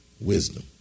wisdom